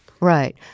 Right